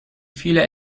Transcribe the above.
viele